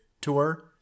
tour